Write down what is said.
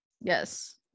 yes